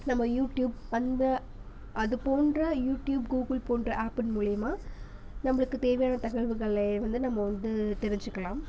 நம்ம யூட்டியூப் அந்த அது போன்ற யூட்டியூப் கூகுள் போன்ற ஆப்பின் மூலயுமா நம்மளுக்கு தேவையான தகவல்கள்லை வந்து நம்ம வந்து தெரிஞ்சுக்கிலாம்